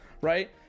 right